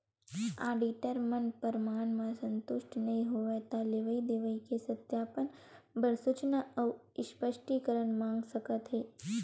auditor मन परमान म संतुस्ट नइ होवय त लेवई देवई के सत्यापन बर सूचना अउ स्पस्टीकरन मांग सकत हे